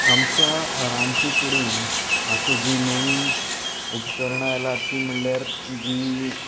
आमच्या रांदचे कुडींत आतां जीं नवीं उपकरणां आयल्यांत तीं म्हणल्यार जीं